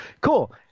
Cool